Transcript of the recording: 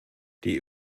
die